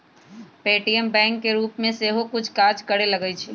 Paytm bank के रूप में सेहो कुछ काज करे लगलै ह